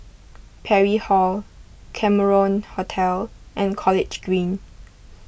Parry Hall Cameron Hotel and College Green